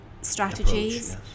strategies